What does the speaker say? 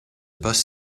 bus